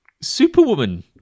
superwoman